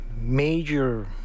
major